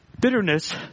Bitterness